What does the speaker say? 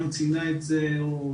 גם ציינה את זה ורד.